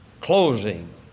closing